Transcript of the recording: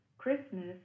Christmas